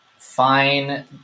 fine